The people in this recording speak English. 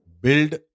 build